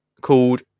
called